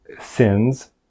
sins